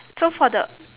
so for the